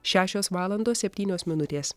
šešios valandos septynios minutės